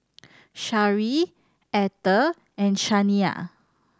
Shari Ether and Shaniya